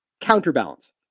counterbalance